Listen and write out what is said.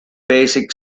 basic